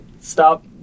stop